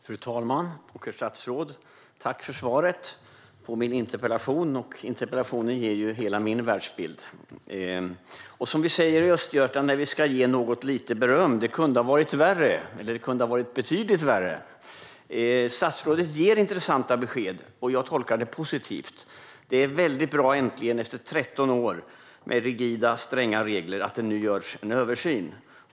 Fru talman! Herr statsråd! Tack för svaret på min interpellation! Interpellationen ger hela min världsbild. I Östergötland säger vi så här när vi ska ge lite beröm: Det kunde ha varit värre, eller det kunde ha varit betydligt värre. Statsrådet ger intressanta besked. Jag tolkar det positivt. Det är väldigt bra att det nu äntligen, efter 13 år med rigida och stränga regler, görs en översyn.